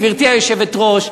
גברתי היושבת-ראש,